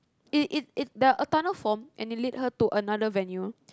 it it it the a tunnel form and it lead her to another venue